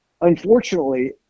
Unfortunately